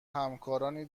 همکارانی